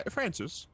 Francis